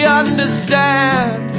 understand